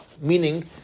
meaning